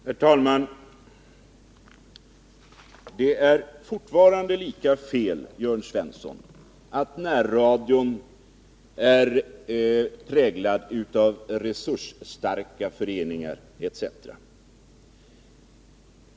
Herr talman! Det är fortfarande lika fel, Jörn Svensson, att påstå att närradion är präglad av resursstarka föreningar etc.